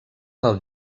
del